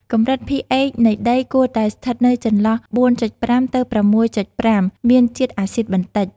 កម្រិត pH នៃដីគួរតែស្ថិតនៅចន្លោះ ៤.៥ ទៅ ៦.៥ (មានជាតិអាស៊ីតបន្តិច)។